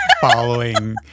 following